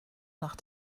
nach